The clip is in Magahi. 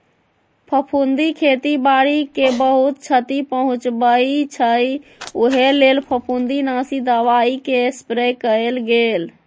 फफुन्दी खेती बाड़ी के बहुत छति पहुँचबइ छइ उहे लेल फफुंदीनाशी दबाइके स्प्रे कएल गेल